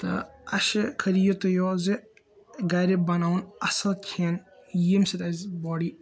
تہٕ اَسہِ چھِ خٲلی یِتُے یوت زِ گَرِ بَناوُن اَصٕل کھیٚن ییٚمہِ سۭتۍ اَسہِ باڈی